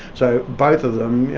so both of them,